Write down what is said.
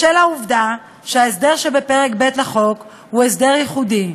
בשל העובדה שההסדר שבפרק ב' לחוק הוא ייחודי,